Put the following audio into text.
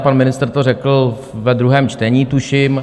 Pan ministr to řekl ve druhém čtení, tuším.